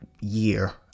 year